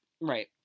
Right